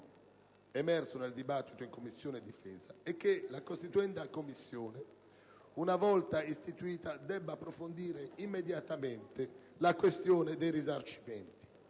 emerso nel dibattito in Commissione difesa è che la costituenda Commissione, una volta istituita, debba approfondire immediatamente la questione dei risarcimenti.